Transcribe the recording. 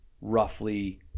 roughly